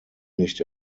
nicht